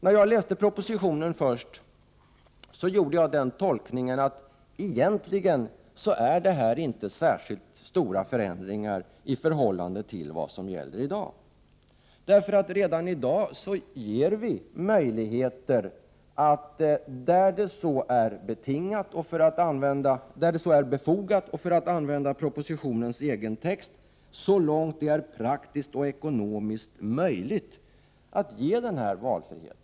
När jag först läste propositionen gjorde jag den tolkningen att detta egentligen inte är särskilt stora förändringar i förhållande till vad som gäller i dag. Redan nu ges möjligheter till valfrihet där det är befogat och, för att använda propositionens egen text, ”så långt det är praktiskt och ekonomiskt möjligt”.